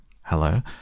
Hello